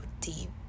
deep